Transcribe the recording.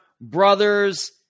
brothers